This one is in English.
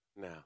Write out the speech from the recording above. Now